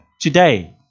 today